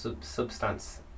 substance